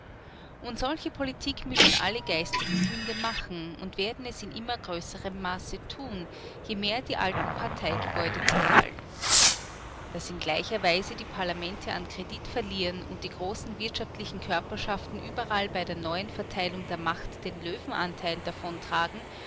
und solche politik müssen alle geistigen bünde machen und werden es in immer größerem maße tun je mehr die alten parteigebäude zerfallen daß in gleicher weise die parlamente an kredit verlieren und die großen wirtschaftlichen körperschaften überall bei der neuen verteilung der macht den löwenanteil